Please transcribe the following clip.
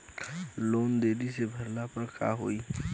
Loan देरी से भरले पर का होई?